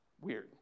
weird